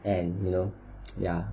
and you know ya